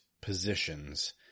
positions